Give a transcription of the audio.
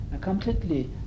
completely